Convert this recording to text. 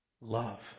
Love